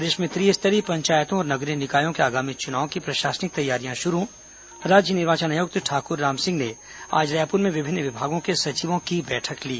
प्रदेश में त्रिस्तरीय पंचायतों और नगरीय निकायों के आगामी चुनाव की प्रशासनिक तैयारियां शुरू राज्य निर्वाचन आयुक्त ठाकुर राम सिंह ने आज रायपुर में विभिन्न विभागों के सचिवों की बैठक ली